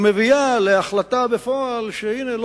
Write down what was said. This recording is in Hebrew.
ומביאה להחלטה בפועל שהנה,